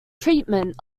treatment